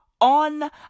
on